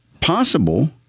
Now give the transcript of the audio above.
possible